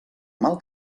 mal